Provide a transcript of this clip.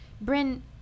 Bryn